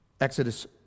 Exodus